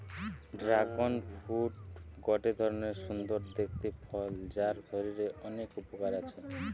dragon fruit গটে ধরণের সুন্দর দেখতে ফল যার শরীরের অনেক উপকার আছে